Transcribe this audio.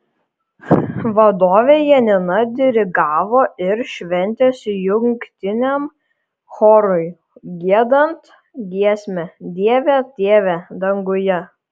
vadovė janina dirigavo ir šventės jungtiniam chorui giedant giesmę dieve tėve danguje